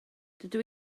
dydw